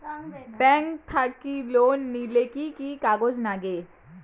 Bank থাকি loan নিতে কি কি কাগজ নাগে?